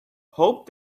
hoped